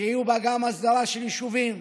שתהיה בה גם הסדרה של יישובים.